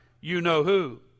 you-know-who